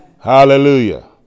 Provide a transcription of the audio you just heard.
Hallelujah